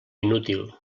inútil